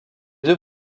deux